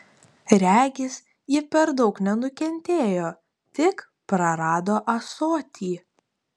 regis ji per daug nenukentėjo tik prarado ąsotį